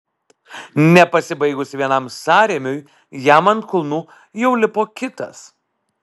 nepasibaigus vienam sąrėmiui jam ant kulnų jau lipo kitas